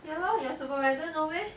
ya lor your supervisor know meh